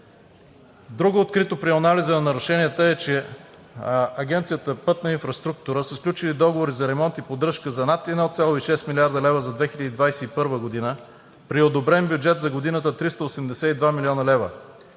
Друго открито при анализа на нарушенията е, че Агенция „Пътна инфраструктура“ е сключила договори за ремонт и поддръжка за над 1,6 млрд. лв. за 2021 г., при одобрен бюджет за годината 382 млн. лв.,